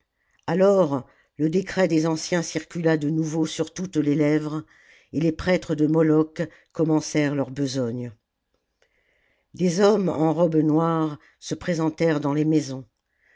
alors le décret des anciens circula de nouveau sur toutes les lèvres et les prêtres de moloch commencèrent leur besogne des hommes en robes noires se présentèrent dans les maisons